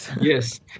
Yes